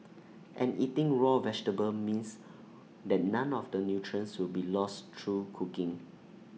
and eating raw vegetable means that none of the nutrients will be lost through cooking